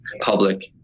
public